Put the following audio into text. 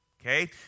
okay